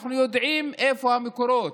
אנחנו יודעים איפה המקורות: